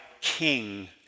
king